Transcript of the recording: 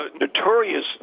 notorious